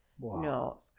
No